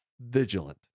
vigilant